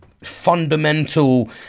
fundamental